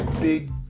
big